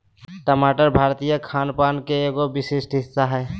टमाटर भारतीय खान पान के एगो विशिष्ट हिस्सा हय